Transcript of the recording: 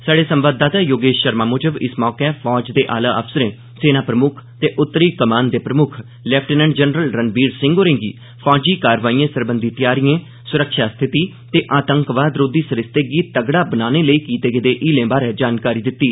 साढ़े संवाददाता योगेष षर्मा मूजब इस मौके दे आला अफसरें सेना प्रमुक्ख ते उत्तरी कमान दे प्रमुक्ख लैफ्टिनैंट जनरल रणबीर सिंह होरे गी फौजी कारवाइएं सरबंधी तैआरिएं सुरक्षा स्थिति ते आतंकवाद रोधी सरिस्ते गी तगड़ा बनाने लेई कीते गेदे हीलें बारे जानकारी दित्ती